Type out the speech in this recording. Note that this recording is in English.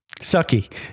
sucky